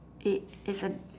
it isn't